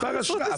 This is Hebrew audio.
מספר אשרה.